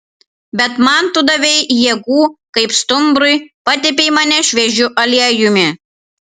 bet man tu davei jėgų kaip stumbrui patepei mane šviežiu aliejumi